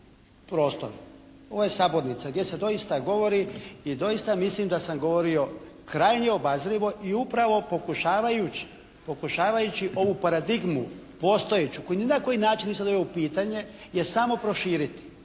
prostor. Ovo je sabornica gdje se doista govori i doista mislim da sam govorio krajnje obazrivo i upravo pokušavajući ovu paradigmu postojeću, koju ni na koji način nisam doveo u pitanje, je samo proširiti.